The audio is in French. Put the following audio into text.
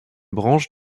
branche